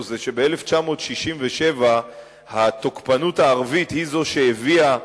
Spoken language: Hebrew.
זה שב-1967 התוקפנות הערבית היא זו שהביאה